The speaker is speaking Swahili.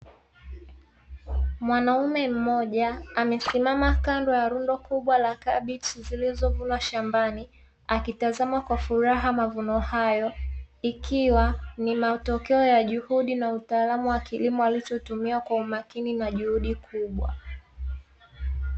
Mwanaume mmoja amesimama furaha magumu, hayo ni matokeo ya juhudi na usalama wa kilimo, alichotumia kwa umakini na juhudi kubwa.